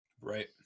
Right